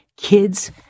Kids